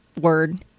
word